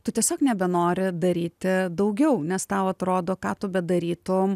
tu tiesiog nebenori daryti daugiau nes tau atrodo ką tu bedarytum